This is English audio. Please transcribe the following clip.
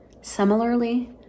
Similarly